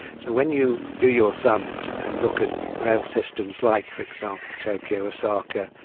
so when you do your sums and look at rail systems like, for example, tokyo-osaka,